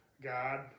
God